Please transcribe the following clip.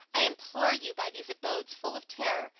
i implore you by these abodes full of terror,